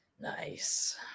nice